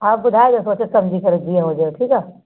हा ॿुधाइजो सोचे सम्झी करे जीअं हुजेव ठीकु आहे